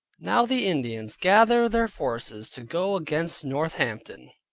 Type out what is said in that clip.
now the indians gather their forces to go against northampton.